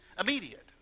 immediate